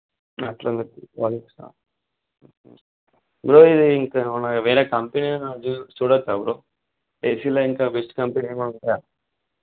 అట్లుంది పాయింట్ కాదు బ్రో ఇది ఇంకా ఏమన్న వేరే కంపెనీ ఏదైన చూ చూడ వచ్చా బ్రో ఏసీలో ఇంకా బెస్ట్ కంపెనీ ఏమైన ఉందా